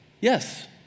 Yes